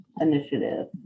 initiative